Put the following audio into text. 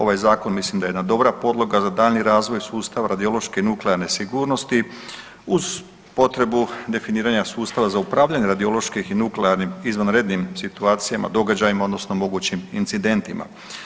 Ovaj zakon mislim da je jedna dobra podloga za daljnji razvoj sustava radiološke i nuklearne sigurnosti uz potrebu definiranja sustava za upravljanje radiološkim i nuklearnim izvanrednim situacijama, događajima odnosno mogućim incidentima.